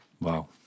Wow